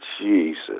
Jesus